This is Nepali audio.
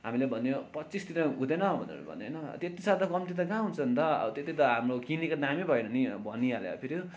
हामीले भन्यो पच्चिस दिँदा हुँदैन भनेर भन्यो होइन त्यति साह्रो त कम्ती त कहाँ हुन्छ अन्त त्यति त हाम्रो किनेको दामै भएन नि भनिहाल्यो अब फेरि हो